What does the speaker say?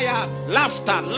Laughter